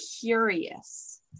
curious